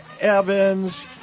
Evans